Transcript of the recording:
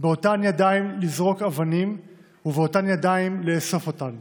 באותן ידיים לזרוק אבנים / ובאותן ידיים לאסוף אותן,